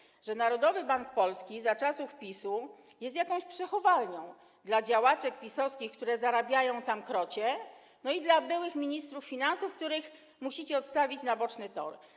Okazuje się, że Narodowy Bank Polski za czasów PiS-u jest jakąś przechowalnią dla działaczek PiS-owskich, które zarabiają tam krocie, i dla byłych ministrów finansów, których musicie odstawić na boczny tor.